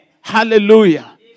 Hallelujah